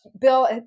Bill